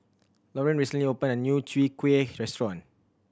Loren recently opened a new Chwee Kueh restaurant